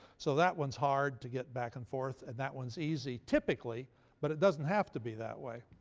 so that one's hard to get back and forth, and that one's easy, typically but it doesn't have to be that way.